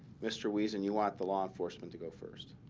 mr. wiesen, you want the law enforcement to go first?